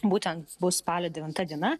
būtent bus spalio devinta diena